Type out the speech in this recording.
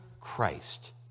Christ